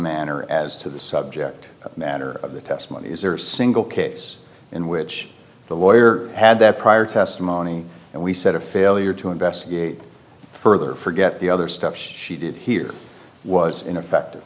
manner as to the subject matter of the testimonies or single case in which the lawyer had that prior testimony and we said a failure to investigate further forget the other steps she did here was in effect